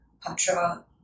Patra